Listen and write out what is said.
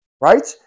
right